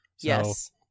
Yes